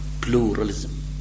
pluralism